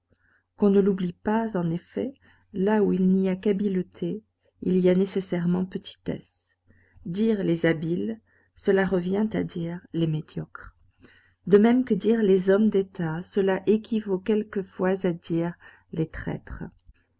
qu'on ne l'oublie pas en effet là où il n'y a qu'habileté il y a nécessairement petitesse dire les habiles cela revient à dire les médiocres de même que dire les hommes d'état cela équivaut quelquefois à dire les traîtres